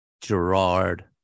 Gerard